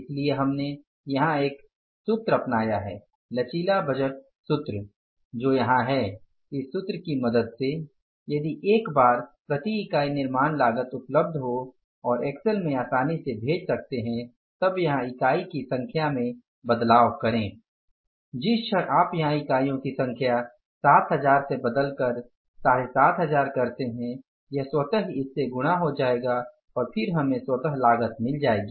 इसलिए हमने यहां एक फॉर्मूला बनाया है लचीला बजट फॉर्मूला जो यहां है इस फॉर्मूले की मदद से यदि एक बार प्रति इकाई निर्माण लागत उपलब्ध हो और एक्सेल में आसानी से भेज सकते है तब यहां इकाई की संख्या में बदलाव करें जिस क्षण आप यहां इकाइयों की संख्या 7000 से बदलकर 7500 करते हैं यह स्वतः ही इससे गुणा हो जाएगा और फिर हमें स्वतः लागत मिल जाएगी